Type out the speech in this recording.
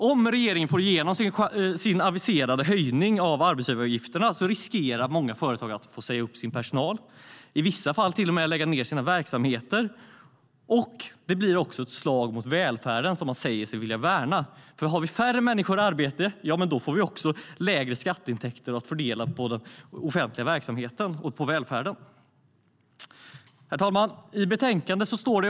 Om regeringen får igenom sin aviserade höjning av arbetsgivaravgifterna riskerar många företag att få säga upp personal och i vissa fall till och med att få lägga ned sina verksamheter. Det blir också ett slag mot den välfärd som regeringen säger sig vilja värna. Om vi har färre människor i arbete får vi också lägre skatteintäkter att fördela till den offentliga verksamheten och till välfärden. Herr talman!